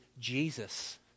Jesus